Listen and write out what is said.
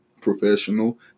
professional